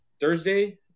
Thursday